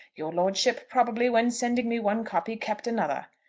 your lordship, probably, when sending me one copy, kept another.